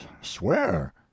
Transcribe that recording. swear